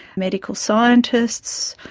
medical scientists,